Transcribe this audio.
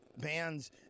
bands